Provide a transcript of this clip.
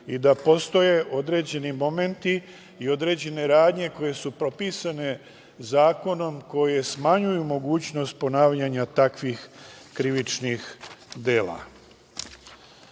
i da postoje određeni momenti i određene radnje koje su propisane zakonom, koje smanjuju mogućnost ponavljanja takvih krivičnih dela. Mi